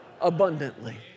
abundantly